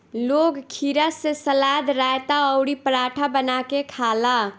लोग खीरा से सलाद, रायता अउरी पराठा बना के खाला